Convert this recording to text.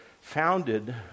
founded